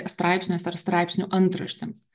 straipsniuose ar straipsnių antraštėms